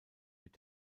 mit